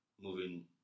Moving